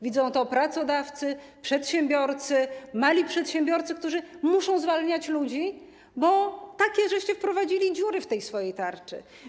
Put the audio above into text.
Widzą to pracodawcy, przedsiębiorcy, mali przedsiębiorcy, którzy muszą zwalniać ludzi, bo takie wprowadziliście dziury w swojej tarczy.